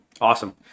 awesome